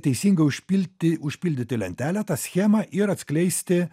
teisingai užpilti užpildyti lentelę tą schemą ir atskleisti